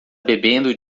bebendo